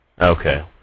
Okay